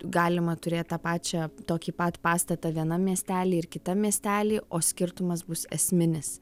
galima turėt tą pačią tokį pat pastatą vienam miestely ir kitam miestely o skirtumas bus esminis